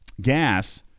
gas